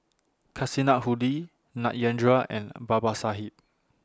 Kasinadhuni Satyendra and Babasaheb